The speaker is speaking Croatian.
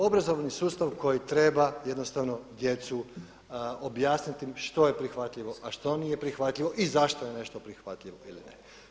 Obrazovni sustav koji treba jednostavno djecu, objasniti im što je prihvatljivo a što nije prihvatljivo i zašto je nešto prihvatljivo ili ne.